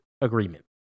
agreement